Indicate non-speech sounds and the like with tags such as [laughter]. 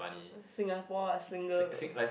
Singapore as singles [noise]